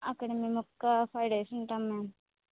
అక్కడ మేము ఒక ఫైవ్ డేస్ ఉంటాము మ్యామ్